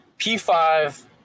P5